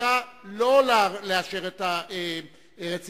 שפירושה לא לאשר את הרציפות,